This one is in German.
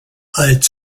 als